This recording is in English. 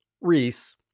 Reese